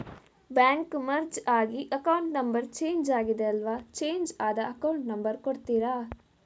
Bank merge ಆಗಿ account number change ಆಗಿದೆ ಅಲ್ವಾ, ಚೇಂಜ್ ಆದ ಅಕೌಂಟ್ ನಂಬರ್ ಕೊಡ್ತೀರಾ?